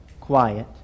quiet